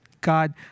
God